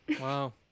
Wow